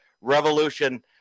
Revolution